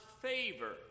favor